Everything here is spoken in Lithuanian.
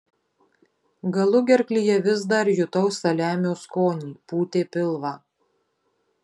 galugerklyje vis dar jutau saliamio skonį pūtė pilvą